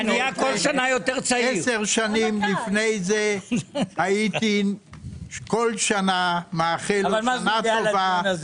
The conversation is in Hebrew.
עשר שנים לפני זה הייתי כל שנה מאחל לו שנה טובה.